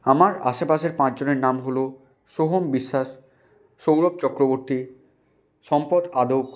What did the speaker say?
আমার আশেপাশের পাঁচজনের নাম হলো সোহম বিশ্বাস সৌরভ চক্রবর্তী সম্পদ আদক